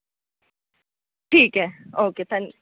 ठीक ऐ ओके धन्न